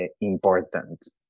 important